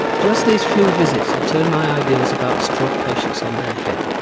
just these few visits have turned my ideas about stroke patients on their head.